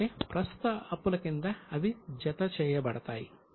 కాబట్టి ప్రస్తుత అప్పుల కింద అవి జత చేయబడతాయి